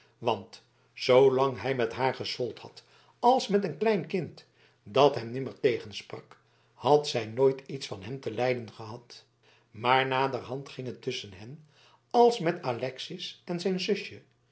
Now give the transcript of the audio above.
want zoolang hij met haar gesold had als met een klein kind dat hem nimmer tegensprak had zij nooit iets van hem te lijden gehad maar naderhand ging het tusschen hen als met alexis en zijn zusje